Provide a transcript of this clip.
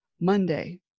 monday